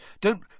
Don't